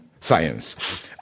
science